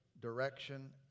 Direction